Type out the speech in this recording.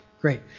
great